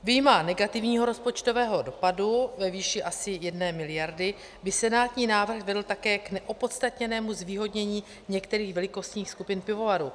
Vyjma negativního rozpočtového dopadu ve výši asi jedné miliardy by senátní návrh vedl také k neopodstatněnému zvýhodnění některých velikostních skupin pivovarů.